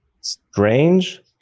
strange